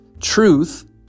Truth